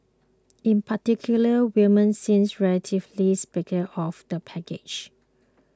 in particular women seems relatively sceptical of the package